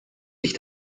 sich